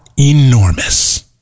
enormous